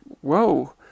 whoa